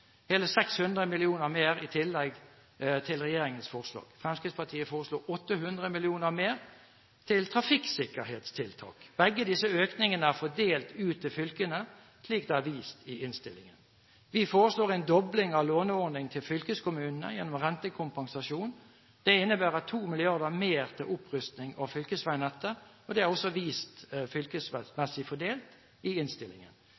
hele 600 mill. kr. mer enn regjeringens forslag. Fremskrittspartiet foreslår 800 mill. kr mer til trafikksikkerhetstiltak. Begge disse økningene er fordelt ut til fylkene, slik det er vist i innstillingen. Vi foreslår en dobling av låneordningen til fylkeskommunene gjennom rentekompensasjon. Det innebærer 2 mrd. kr mer til opprustning av fylkesveinettet, og det er også fylkesmessig fordelt, som vist i innstillingen.